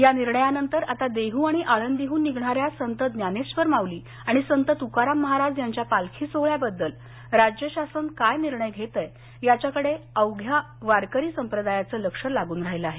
या निर्णयानंतर आता देहू आणि आळंदीहून निघणाऱ्या संत ज्ञानेश्वर माउली आणि संत तुकाराम महाराज यांच्या पालखी सोहोळ्याबद्दल राज्य शासन काय निर्णय घेतं याकडे अवघ्या वारकरी संप्रदायाचं लक्ष लागून राहीलं आहे